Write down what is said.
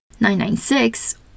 996